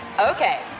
Okay